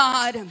God